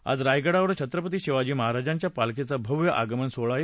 आज रायगडावर छत्रपती शिवाजी महाराजांच्या पालखीचा भव्य आगमन सोहळा आहे